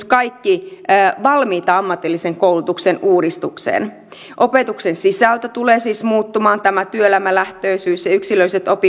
kaikki nyt valmiita ammatillisen koulutuksen uudistukseen opetuksen sisältö tulee siis muuttumaan tämä työelämälähtöisyys ja yksilölliset